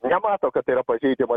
nemato kad tai yra pažeidžiamas